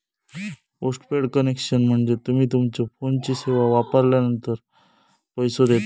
postpaid connection म्हणजे तुम्ही तुमच्यो फोनची सेवा वापरलानंतर पैसो देता